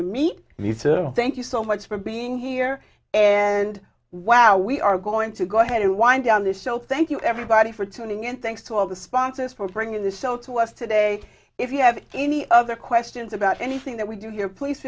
to meet you to thank you so much for being here and wow we are going to go ahead and wind down this so thank you everybody for tuning in thanks to all the sponsors for bringing this show to us today if you have any other questions about anything that we do here please